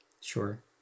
Sure